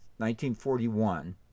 1941